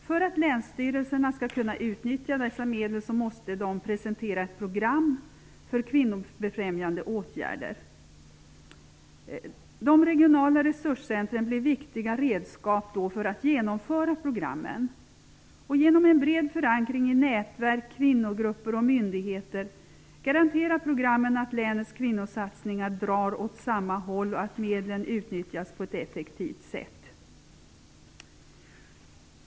För att länsstyrelserna skall kunna utnyttja dessa medel måste de presentera ett program för kvinnobefrämjande åtgärder. De regionala resurscentren blir viktiga redskap för att genomföra programmen. Genom en bred förankring i nätverk, kvinnogrupper och myndigheter garanterar programmen att länets kvinnosatsningar drar åt samma håll och att medlen utnyttjas på ett effektivt sätt.